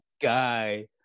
guy